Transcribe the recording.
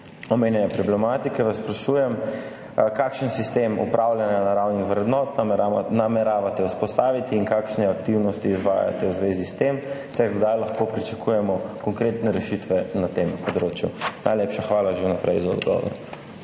omenjene problematike vas sprašujem: Kakšen sistem upravljanja naravnih vrednot nameravate vzpostaviti v TNP in kakšne aktivnosti izvajate v zvezi s tem? Kdaj lahko pričakujemo konkretne rešitve na tem področju? Najlepša hvala že vnaprej za odgovor.